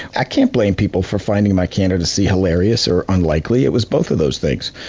i can't blame people for finding my candidacy hilarious or unlikely. it was both of those things.